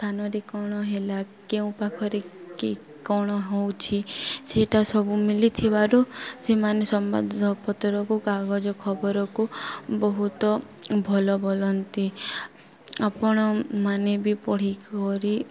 ସ୍ଥାନରେ କ'ଣ ହେଲା କେଉଁ ପାଖରେ କି କ'ଣ ହେଉଛି ସେଟା ସବୁ ମିଳିଥିବାରୁ ସେମାନେ ସମ୍ବାଦପତ୍ରକୁ କାଗଜ ଖବରକୁ ବହୁତ ଭଲ ବୋଲନ୍ତି ଆପଣ ମାନେ ବି ପଢ଼ିକରି